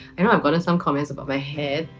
i know i've gotten some comments about my hair,